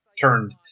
turned